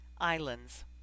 ISLANDS